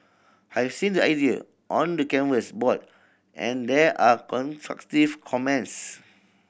I've seen the idea on the canvas board and there are constructive comments